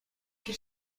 się